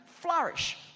Flourish